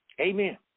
Amen